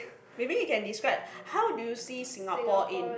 maybe you can describe how do you see Singapore in